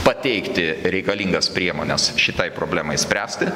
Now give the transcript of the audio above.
pateikti reikalingas priemones šitai problemai spręsti